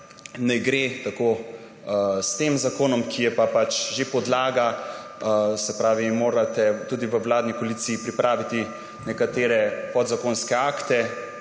ne gre tako s tem zakonom, ki je pa že podlaga in morate tudi v vladni koaliciji pripraviti nekatere podzakonske akte.